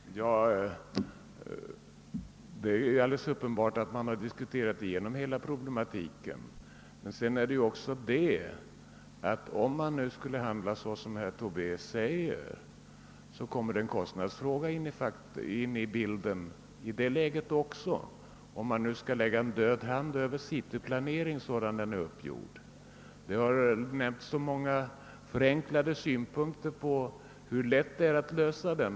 Herr talman! Det är alldeles uppenbart att hela problematiken har diskuterats igenom. Om vi nu skulle handla så som herr Tobé önskar, kommer kostnadsfrågan också in i bilden. Här har framförts så många förenklade synpunkter på hur lätt det är att lösa de problem som skulle uppstå om en död hand lades över citplaneringen sådan den nu är uppgjord.